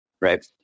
right